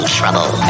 trouble